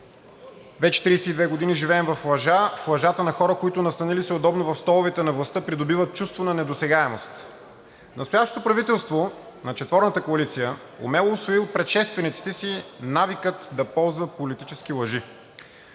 Вече 32 години живеем в лъжа – в лъжата на хора, които, настанили се удобно в столовете на властта, придобиват чувство на недосегаемост. Настоящото правителство на четворната коалиция умело усвои от предшествениците си навика да ползва политически лъжи.